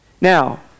Now